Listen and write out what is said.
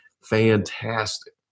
Fantastic